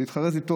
זה התחרז לי טוב.